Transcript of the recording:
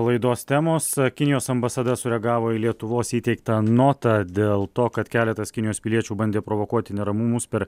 laidos temos kinijos ambasada sureagavo į lietuvos įteiktą notą dėl to kad keletas kinijos piliečių bandė provokuoti neramumus per